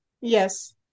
yes